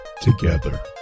together